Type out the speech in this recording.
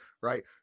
right